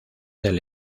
del